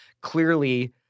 clearly